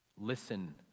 Listen